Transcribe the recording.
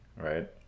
right